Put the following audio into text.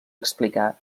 explicar